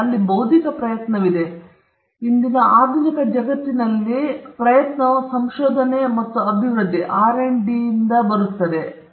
ನಾವು ಹೇಳಿದಂತೆ ಅದರಲ್ಲಿ ಬೌದ್ಧಿಕ ಪ್ರಯತ್ನವಿದೆ ಆದರೆ ಇಂದಿನ ಜಗತ್ತಿನಲ್ಲಿ ಆಧುನಿಕ ಜಗತ್ತಿನಲ್ಲಿ ಕೆಲವೊಮ್ಮೆ ಈ ಪ್ರಯತ್ನವು ಸಂಶೋಧನೆ ಮತ್ತು ಅಭಿವೃದ್ಧಿಯಿಂದ ಕೆಲವೊಮ್ಮೆ ಬರುತ್ತದೆ